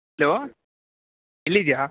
hello ಎಲ್ಲಿದೀಯಾ